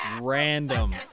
Random